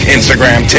Instagram